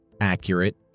accurate